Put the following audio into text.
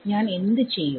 ഞാൻ എന്ത് ചെയ്യും